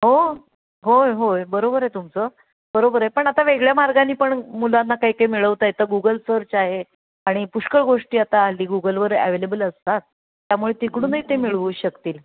हो होय होय बरोबर आहे तुमचं बरोबर आहे पण आता वेगळ्या मार्गाने पण मुलांना काही काही मिळवता येतं गूगल सर्च आहे आणि पुष्कळ गोष्टी आता हल्ली गुगलवर ॲवेलेबल असतात त्यामुळे तिकडूनही ते मिळवू शकतील